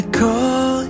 call